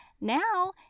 Now